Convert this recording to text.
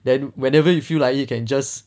then whenever you feel like it can just